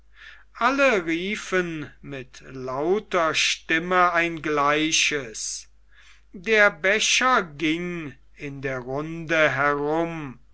alle riefen mit lauter stimme ein gleiches der becher ging in der runde herum